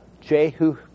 Jehu